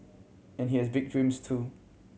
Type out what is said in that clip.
and he has big dreams too